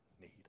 need